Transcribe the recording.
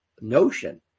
notion